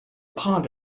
pod